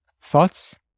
thoughts